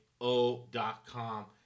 O.com